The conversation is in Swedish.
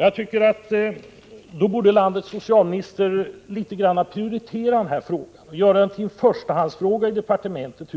Jag tycker att landets socialminister borde prioritera denna fråga, göra den till en förstahandsfråga i departementet.